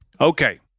Okay